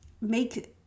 make